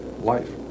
life